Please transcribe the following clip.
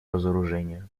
разоружению